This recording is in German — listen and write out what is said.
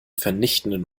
vernichtenden